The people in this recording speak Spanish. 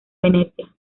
venecia